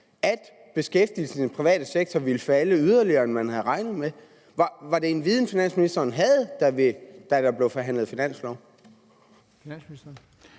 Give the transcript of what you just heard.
at beskæftigelsen i den private sektor ville falde yderligere, mere, end man havde regnet med? Var det en viden, finansministeren havde, da der blev forhandlet finanslov?